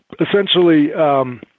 essentially